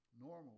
Normal